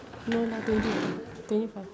no lah twenty twenty five